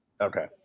Okay